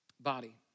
Body